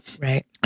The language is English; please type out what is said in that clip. Right